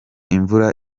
imvura